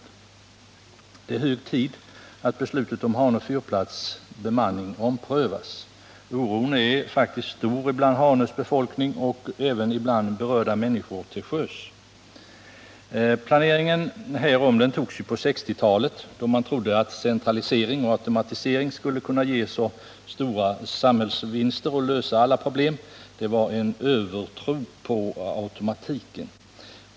Det är hög tid att beslutet om bemanning av Hanö fyrplats omprövas. Oron är faktiskt stor bland Hanös befolkning och även bland berörda människor till sjöss. Planeringen härvidlag gjordes på 1960-talet, då man trodde att centralisering och automatisering skulle ge stora samhällsvinster och lösa alla problem. Det var en övertro på automatiken.